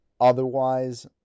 Otherwise